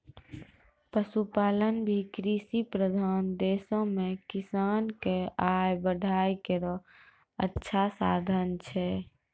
पशुपालन भी कृषि प्रधान देशो म किसान क आय बढ़ाय केरो अच्छा साधन छै